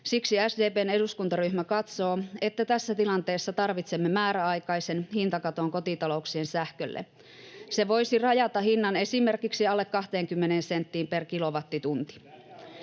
Siksi SDP:n eduskuntaryhmä katsoo, että tässä tilanteessa tarvitsemme määräaikaisen hintakaton kotitalouksien sähkölle. [Ben Zyskowicz: No tulihan se sieltä!] Se voisi rajata hinnan esimerkiksi alle 20 senttiin per kilowattitunti.